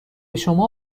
شما